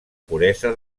puresa